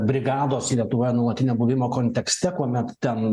brigados lietuvoje nuolatinio buvimo kontekste kuomet ten